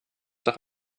doch